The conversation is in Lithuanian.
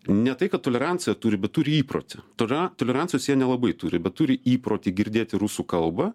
ne tai kad toleranciją turi bet turi įprotį tole tolerancijos jie nelabai turi bet turi įprotį girdėti rusų kalbą